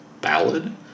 ballad